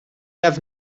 have